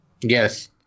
Yes